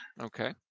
Okay